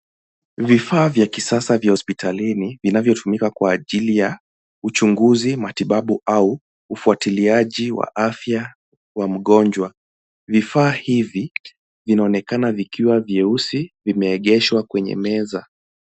Vifaa vya kisasa vya hospitalini vinavyotumika kwa ajilli ya uchunguzi, matibabu au ufuatiliaji wa afya wa mgonjwa. Vifaa hivi vinaonekana vikiwa vyeusi vimeegeshwa kwenye meza.